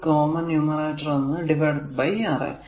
ഈ common numerator divided by R a